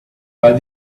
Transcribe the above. where